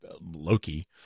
Loki